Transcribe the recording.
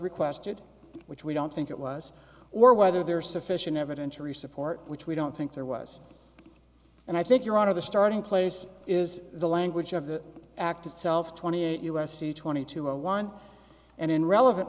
requested which we don't think it was or whether there is sufficient evidence to resupport which we don't think there was and i think you're out of the starting place is the language of the act itself twenty eight u s c twenty two zero one and in relevant